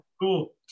cool